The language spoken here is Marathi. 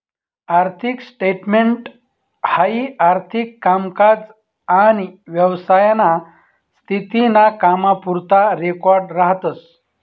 आर्थिक स्टेटमेंट हाई आर्थिक कामकाज आनी व्यवसायाना स्थिती ना कामपुरता रेकॉर्ड राहतस